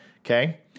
Okay